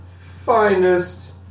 finest